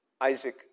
Isaac